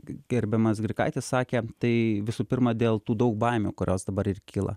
gerbiamas grigaitis sakė tai visų pirma dėl tų daug baimių kurios dabar ir kyla